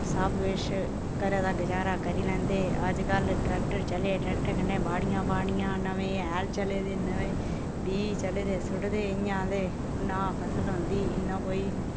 सब किश घरै दा गजारा करी लैंदे हे अज्ज कल्ल ट्रैक्टर चलदे दे ट्रैक्टर कन्नै बाड़ियां बाह्नियां नमें हैल चले दे नमें बी चले दे सुट्टदे इयां ते नां फसल होंदी इन्ना कोई